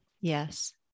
Yes